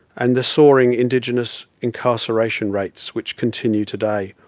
and the soaring indigenous incarceration rates which continue today,